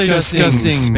discussing